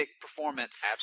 performance